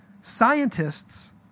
scientists